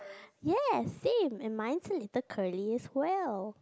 yes same and mine is a little curly as well